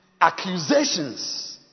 accusations